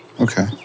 Okay